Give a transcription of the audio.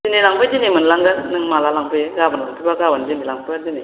दिनै लांफै दिनै मोनलांगोन नों माब्ला लांफैयो गाबोन लांफैबा गाबोन दिनै लांफैबा दिनै